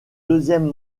deuxième